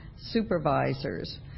Supervisors